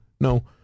no